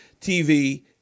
TV